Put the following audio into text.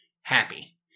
happy